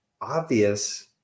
obvious